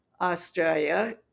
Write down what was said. Australia